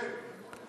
כן.